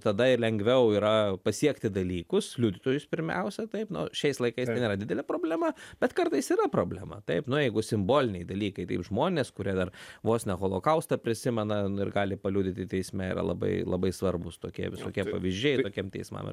tada ir lengviau yra pasiekti dalykus liudytojus pirmiausia taip nu šiais laikais tai nėra didelė problema bet kartais yra problema taip nu jeigu simboliniai dalykai taip žmonės kurie dar vos ne holokaustą prisimena ir gali paliudyti teisme yra labai labai svarbūs tokie visokie pavyzdžiai ir tokiem teismam ir